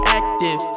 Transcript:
active